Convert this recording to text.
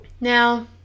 Now